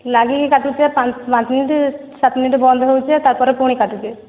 ଲାଗିକି କାଟୁଛି ପା ଲାଗିକି ପାଞ୍ଚ ମିନିଟ୍ ସାତ ମିନିଟ୍ ବନ୍ଦ୍ ହେଉଛି ତା'ପରେ ପୁଣି କାଟୁଛି